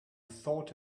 thought